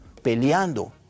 peleando